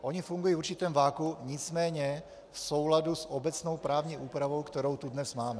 Ony fungují v určitém vakuu, nicméně v souladu s obecnou právní úpravou, kterou tu dnes máme.